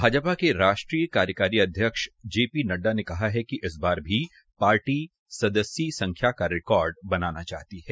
भाजपा के राष्ट्रीय कार्यकारी अध्यक्ष जेपी नड्डा ने कहा कि इसबार भी पार्टी सदस्यीय संख्या का रिकार्ड बनाना चाहती है